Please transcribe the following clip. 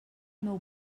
meu